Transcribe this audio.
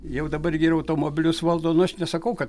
jau dabar geriau automobilius valdo nu aš nesakau kad